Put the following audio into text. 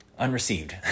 unreceived